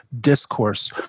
discourse